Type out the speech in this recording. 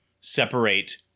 separate